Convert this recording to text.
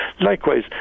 Likewise